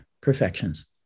perfections